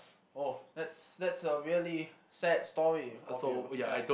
oh that's that's a really sad story of you yes